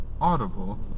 Audible